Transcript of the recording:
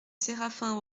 séraphin